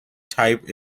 type